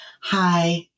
Hi